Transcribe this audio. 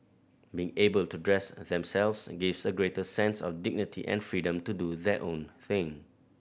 being able to dress themselves gives a greater sense of dignity and freedom to do their own thing